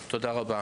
תודה רבה.